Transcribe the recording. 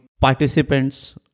Participants